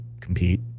compete